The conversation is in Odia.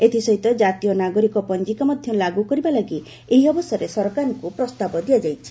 ଏଥିସହିତ ଜାତୀୟ ନାଗରିକ ପଞ୍ଜିକା ମଧ୍ୟ ଲାଗୁ କରିବା ଲାଗି ଏହି ଅବସରରେ ସରକାରଙ୍କୁ ପ୍ରସ୍ତାବ ଦିଆଯାଇଛି